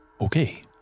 okay